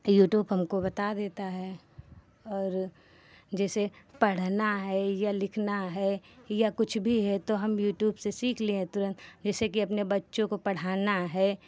YouTube हमको बता देता है और जैसे पढ़ना है या लिखना है या कुछ भी है तो हम यूट्यूब से सीख लिए हैं तुरन्त जैसे कि अपने बच्चों को पढ़ाना है